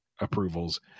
approvals